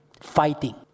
Fighting